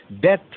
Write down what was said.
death